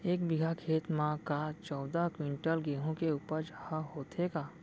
एक बीघा खेत म का चौदह क्विंटल गेहूँ के उपज ह होथे का?